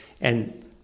and-